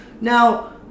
Now